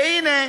והנה,